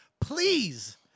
Please